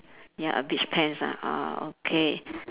ya a beach pants ah uh okay